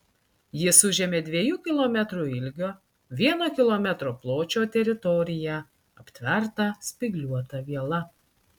jis užėmė dviejų kilometrų ilgio vieno kilometro pločio teritoriją aptvertą spygliuota viela